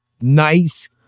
nice